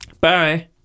Bye